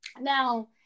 Now